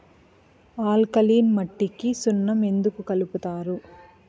alkaline మట్టికి సున్నం ఎందుకు కలుపుతారు